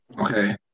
Okay